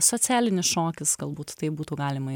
socialinis šokis galbūt taip būtų galima